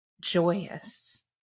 joyous